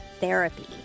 Therapy